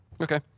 Okay